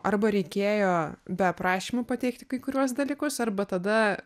arba reikėjo be aprašymų pateikti kai kuriuos dalykus arba tada